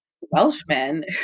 Welshmen